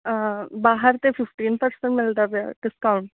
ਬਾਹਰ ਤਾਂ fifteen percent ਮਿਲਦਾ ਪਿਆ ਡਿਸਕਾਊਂਟ